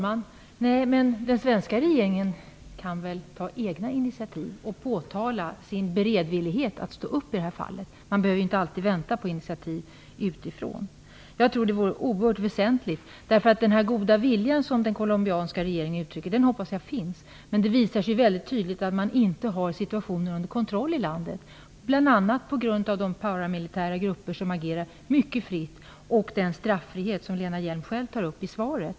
Fru talman! Den svenska regeringen kan väl ta egna initiativ! Den kan påtala sin beredvillighet. Jag tror det vore oerhört väsentligt. Man behöver ju inte alltid vänta på initiativ utifrån. Den goda vilja som den colombianska regeringen uttrycker hoppas jag finns. Men det visar sig mycket tydligt att man inte har situationen under kontroll i landet, bl.a. på grund av de paramilitära grupper som agerar mycket fritt och på grund av den straffrihet som Lena Hjelm-Wallén själv tar upp i svaret.